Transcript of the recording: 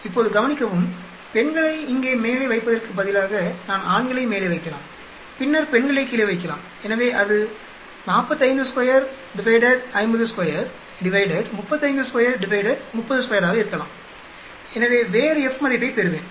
இப்போது கவனிக்கவும் பெண்களை இங்கே மேலே வைப்பதற்கு பதிலாக நான் ஆண்களை மேலே வைக்கலாம் பின்னர் பெண்களை கீழே வைக்கலாம் எனவே அது 452 502 352 302 ஆக இருக்கலாம் எனவே வேறு F மதிப்பைப் பெறுவேன்